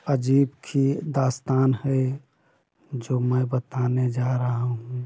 अजीब सी दास्तान हुई जो मैं बताने जा रहा हूँ